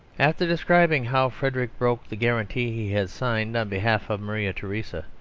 after describing how frederick broke the guarantee he had signed on behalf of maria theresa,